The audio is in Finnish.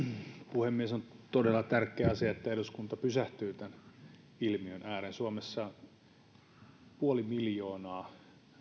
puhemies on todella tärkeä asia että eduskunta pysähtyy tämän ilmiön ääreen suomessa on puoli miljoonaa